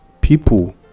people